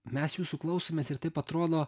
mes jūsų klausomės ir taip atrodo